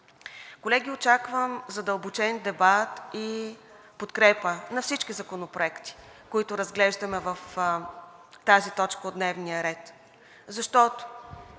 Колеги, очаквам задълбочен дебат и подкрепа на всички законопроекти, които разглеждаме в тази точка от дневния ред,